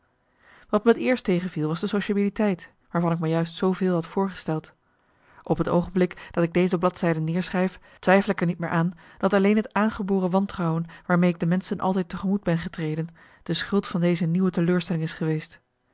wat me t eerst tegenviel was de sociabiliteit waarvan ik me juist zooveel had voorgesteld op het oogenblik dat ik deze bladzijden neerschrijf twijfel ik er niet meer aan dat alleen het aangeboren wantrouwen waarmee ik de menschen altijd tegemoet ben getreden de schuld van deze nieuwe teleurstelling is geweest